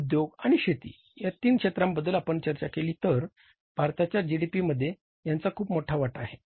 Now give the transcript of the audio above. सेवा उद्योग आणि शेती या तीन क्षेत्रांबद्दल आपण चर्चा केली तर भारताच्या जीडीपीमध्ये यांचा खूप मोठा वाटा आहे